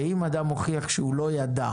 שאם אדם הוכיח שהוא לא ידע